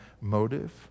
motive